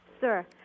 Sir